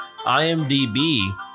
IMDb